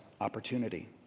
opportunity